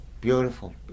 Beautiful